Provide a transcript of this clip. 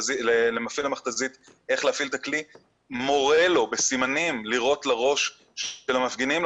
המכת"זית איך להפעיל את הכלי מורה לו בסימנים לירות לראש של המפגינים,